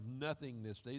nothingness